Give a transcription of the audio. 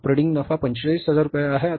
operating नफा 45000 रुपये आहे